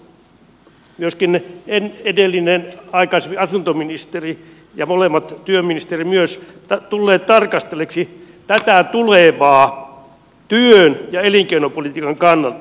ovatko hallitus myöskin edellinen aikaisempi asuntoministeri ja molemmat työministeri myös tulleet tarkastelleeksi tätä tulevaa työn ja elinkeinopolitiikan kannalta